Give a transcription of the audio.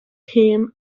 him